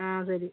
ആ വരും